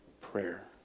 prayer